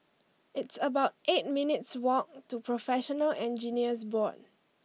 it's about eight minutes' walk to Professional Engineers Board